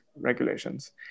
regulations